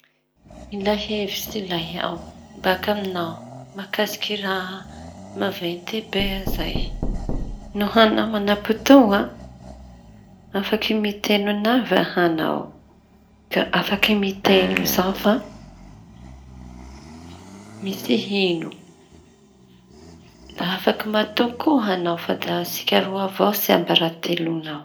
Mila hevitsy lay aho baka aminao mahakasiky raha maventy be zay no añao manampotoa afaky miteno ana vaha añao. Afaky miteno za fa misy ino? Da afaky matoky koa añao fa da asika roa avao tsiambaratelonao.